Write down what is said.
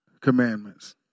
commandments